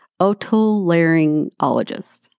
otolaryngologist